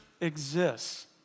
exists